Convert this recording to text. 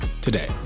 Today